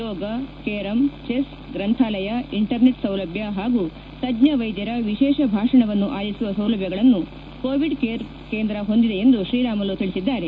ಯೋಗ carrom chess ಗ್ರಂಥಾಲಯ internet ಸೌಲಭ್ಯ ಹಾಗೂ ತಜ್ಞ ವೈದ್ಯರ ವಿಶೇಷ ಭಾಷಣವನ್ನು ಆಲಿಸುವ ಸೌಲಭ್ಞಗಳನ್ನೂ ಕೋವಿಡ್ ಕೇರ್ ಕೇಂದ್ರ ಹೊಂದಿದೆ ಎಂದು ಶ್ರೀರಾಮುಲು ತಿಳಿಸಿದ್ದಾರೆ